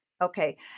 Okay